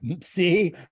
see